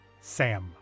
Sam